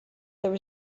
there